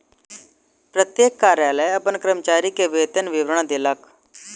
प्रत्येक कार्यालय अपन कर्मचारी के वेतन विवरण देलक